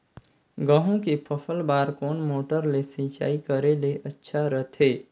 गहूं के फसल बार कोन मोटर ले सिंचाई करे ले अच्छा रथे?